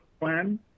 plan